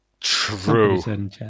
True